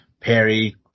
Perry